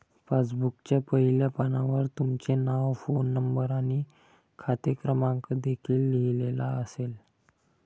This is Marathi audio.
पासबुकच्या पहिल्या पानावर तुमचे नाव, फोन नंबर आणि खाते क्रमांक देखील लिहिलेला असेल